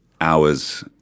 hours